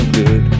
good